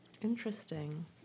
Interesting